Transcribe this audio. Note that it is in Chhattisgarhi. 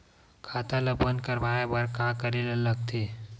खाता ला बंद करवाय बार का करे ला लगथे?